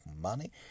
money